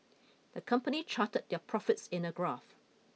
the company charted their profits in a graph